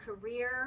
career